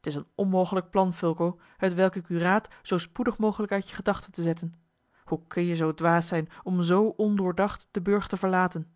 t is een onmogelijk plan fulco hetwelk ik u raad zoo spoedig mogelijk uit uwe gedachten te zetten hoe kunt ge zoo dwaas zijn om zoo ondoordacht den burcht te verlaten